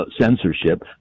censorship